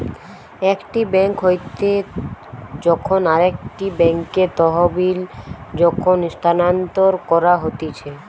একটি বেঙ্ক হইতে যখন আরেকটি বেঙ্কে তহবিল যখন স্থানান্তর করা হতিছে